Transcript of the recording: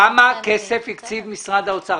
כמה כסף הקציב משרד האוצר?